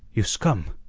you scum!